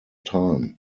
time